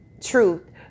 truth